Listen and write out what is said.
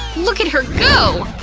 look at her go!